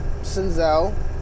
Sinzel